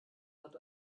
hat